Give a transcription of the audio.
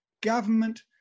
government